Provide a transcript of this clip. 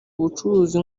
ubucuruzi